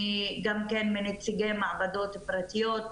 גם מנציגי מעבדות פרטיות.